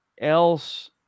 else